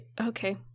okay